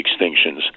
extinctions